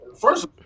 first